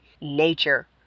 nature